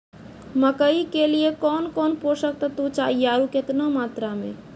मकई के लिए कौन कौन पोसक तत्व चाहिए आरु केतना मात्रा मे?